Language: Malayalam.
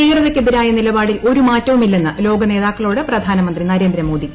ഭീകരതയ്ക്കെതിരായ നിലപാട്ടിൽ ഒരു മാറ്റവുമില്ലെന്ന് ലോക നേതാക്കളോട് പ്രധാനമന്ത്രി നീർരേന്ദ്രമോദി